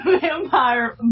Vampire